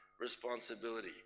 responsibility